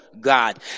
God